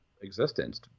existence